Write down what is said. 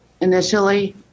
initially